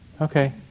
Okay